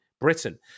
Britain